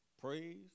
Praise